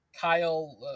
Kyle –